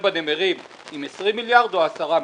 בנמרים עם 20 מיליארד או 10 מיליארד.